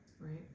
Right